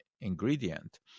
ingredient